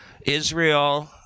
Israel